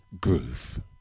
groove